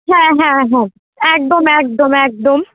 হ্যাঁ হ্যাঁ হ্যাঁ একদম একদম একদম